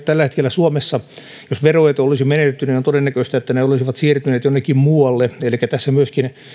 tällä hetkellä suomessa jos veroetu olisi menetetty niin olisi todennäköistä että ne olisivat siirtyneet jonnekin muualle elikkä tässä myöskin